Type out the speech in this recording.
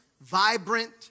vibrant